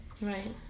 Right